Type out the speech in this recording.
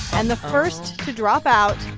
and the first to drop out